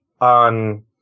on